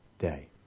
day